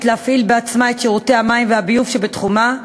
להפעיל בעצמה את שירותי המים והביוב שבתחומה,